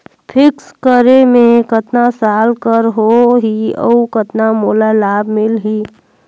Fixed करे मे कतना साल कर हो ही और कतना मोला लाभ मिल ही?